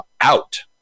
out